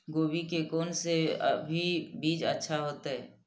गोभी के कोन से अभी बीज अच्छा होते?